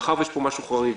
מאחר ויש פה משהו חריג,